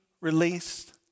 released